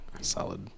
Solid